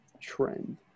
trend